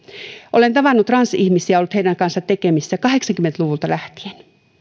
olen tavannut transihmisiä ja ollut heidän kanssaan tekemisissä kahdeksankymmentä luvulta lähtien